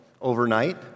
overnight